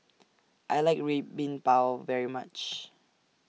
I like Red Bean Bao very much